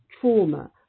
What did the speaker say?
trauma